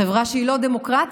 בחברה שהיא לא דמוקרטית